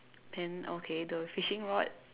pen okay the fishing rod